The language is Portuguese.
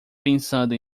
pensando